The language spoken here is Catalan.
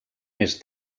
més